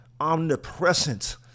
omnipresent